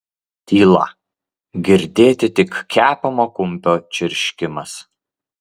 tyla girdėti tik kepamo kumpio čirškimas